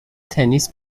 تنیس